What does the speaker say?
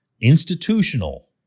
institutional